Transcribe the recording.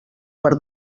per